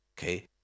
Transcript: okay